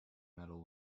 medal